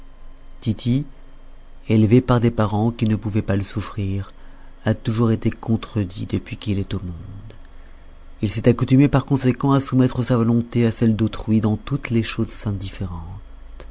tity élevé par des parents qui ne pouvaient pas le souffrir a toujours été contredit depuis qu'il est au monde il s'est accoutumé par conséquent à soumettre sa volonté à celle d'autrui dans toutes les choses indifférentes